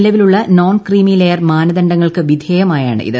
നിലവിലുളള non creamy layer മാനദണ്ഡങ്ങൾക്ക് വിധേയമായാണ് ഇത്